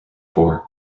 four